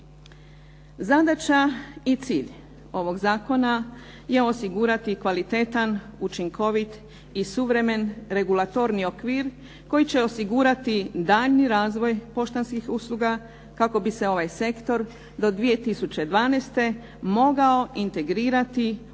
Zadaća i cilj ovog zakona je osigurati kvalitetan, učinkovit i suvremen regulatorni okvir koji će osigurati daljnji razvoj poštanskih usluga kako bi se ovaj sektor do 2012. mogao integrirati u